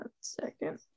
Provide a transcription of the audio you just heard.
second